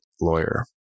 lawyer